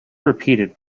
repeated